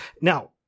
Now